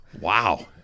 Wow